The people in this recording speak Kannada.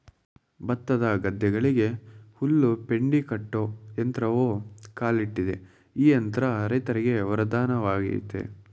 ಭತ್ತದ ಗದ್ದೆಗಳಿಗೆ ಹುಲ್ಲು ಪೆಂಡಿ ಕಟ್ಟೋ ಯಂತ್ರವೂ ಕಾಲಿಟ್ಟಿದೆ ಈ ಯಂತ್ರ ರೈತರಿಗೆ ವರದಾನವಾಗಯ್ತೆ